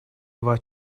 два